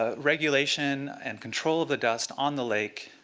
ah regulation and control of the dust on the lake,